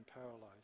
paralyzed